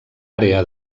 àrea